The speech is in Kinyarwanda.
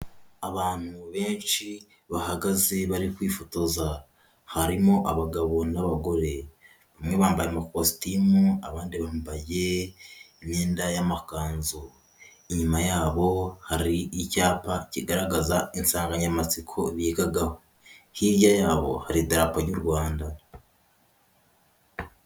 Abantu benshi bahagaze bari kwifotoza, harimo abagabo n'abagore, bamwe bambaye amakositimu, abandi bambaye imyenda y'amakanzu, inyuma yabo hari icyapa kigaragaza insanganyamatsiko bigagaho, hirya yabo hari idarapo ry'u Rwanda.